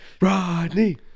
Rodney